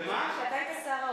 כשאתה היית שר האוצר,